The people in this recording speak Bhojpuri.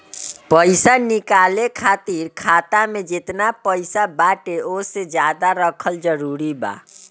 पईसा निकाले खातिर खाता मे जेतना पईसा बाटे ओसे ज्यादा रखल जरूरी बा?